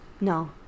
no